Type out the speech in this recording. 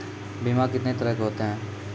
बीमा कितने तरह के होते हैं?